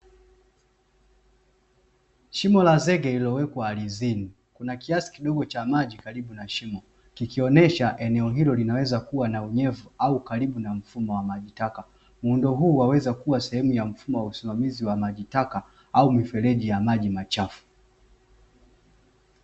Shimo la zege lilowekwa ardhini, kuna kiasi kidogo cha maji karibu na shimo, kikionyesha eneo hilo linaweza kuwa na unyevu au karibu na mfumo wa maji taka. Muundo huu waweza kuwa sehemu ya usimamaizi wa maji taka, au mifereji ya maji machafu.